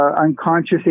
unconscious